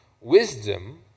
wisdom